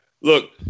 look